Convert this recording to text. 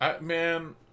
Man